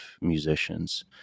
musicians